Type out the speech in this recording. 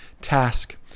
Task